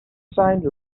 signed